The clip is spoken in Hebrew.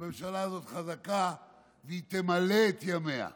שהממשלה הזאת חזקה והיא תמלא את ימיה.